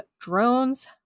drones